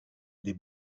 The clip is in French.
des